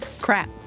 Crap